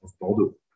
Bordeaux